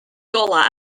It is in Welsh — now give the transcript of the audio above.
golau